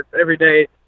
everyday